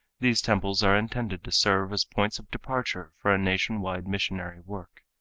these temples are intended to serve as points of departure for a nation-wide missionary work.